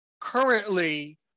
currently